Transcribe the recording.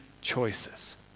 choices